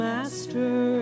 Master